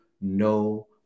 no